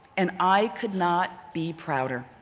and i could not be prouder.